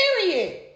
Period